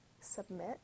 submit